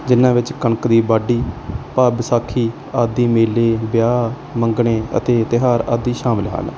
ਜਿਹਨਾਂ ਵਿੱਚ ਕਣਕ ਦੀ ਵਾਢੀ ਭਾਵ ਵਿਸਾਖੀ ਆਦਿ ਮੇਲੇ ਵਿਆਹ ਮੰਗਣੇ ਅਤੇ ਤਿਉਹਾਰ ਆਦਿ ਸ਼ਾਮਿਲ ਹਨ